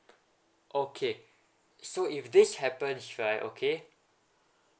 okay so if this happens right okay